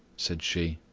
said she,